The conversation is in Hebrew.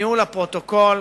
ניהול הפרוטוקול.